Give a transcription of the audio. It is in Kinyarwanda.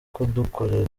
kudukorera